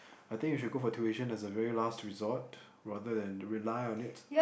I think we should go for tuition as a very last resort rather than rely on it